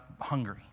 hungry